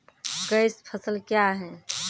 Cash फसल क्या हैं?